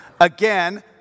Again